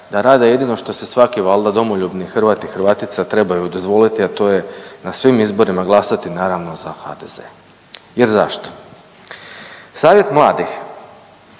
da rade jedino što se svaki valjda domoljubni Hrvat i Hrvatica trebaju dozvoliti a to je na svim izborima glasati naravno za HDZ. Jer zašto? Savjet mladih